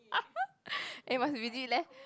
eh must visit leh